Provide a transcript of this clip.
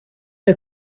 der